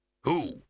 Who